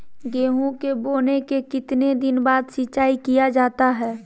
गेंहू के बोने के कितने दिन बाद सिंचाई किया जाता है?